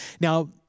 Now